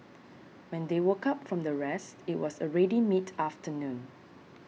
when they woke up from their rest it was already mid afternoon